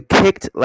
kicked